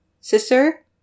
sister